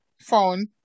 phone